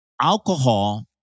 Alcohol